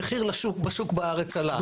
המחיר בשוק בארץ עלה.